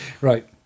Right